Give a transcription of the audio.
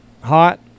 hot